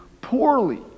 poorly